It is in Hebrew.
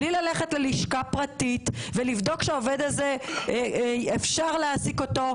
בלי ללכת ללשכה פרטית ולבדוק שהעובד הזה אפשר להעסיק אותו,